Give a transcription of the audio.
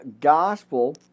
gospel